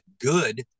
good